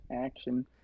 Action